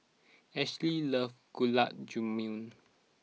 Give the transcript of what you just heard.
Ashly loves Gulab Jamun